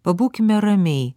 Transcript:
pabūkime ramiai